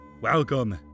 Welcome